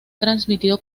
transmitido